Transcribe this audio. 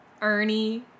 Ernie